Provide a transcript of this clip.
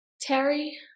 Terry